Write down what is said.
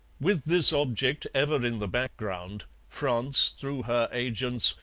with this object ever in the background, france, through her agents,